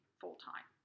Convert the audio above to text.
full-time